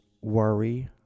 worry